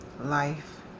life